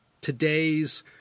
today's